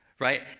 right